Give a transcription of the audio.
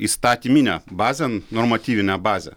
įstatyminę bazę normatyvinę bazę